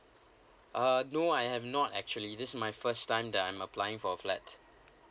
uh no I have not actually this is my first time that I'm applying for a flat